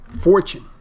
fortune